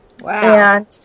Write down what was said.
Wow